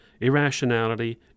irrationality